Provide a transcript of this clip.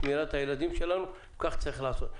שמירת הילדים שלנו וכך צריך לעשות.